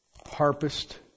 harpist